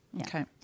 Okay